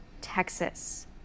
Texas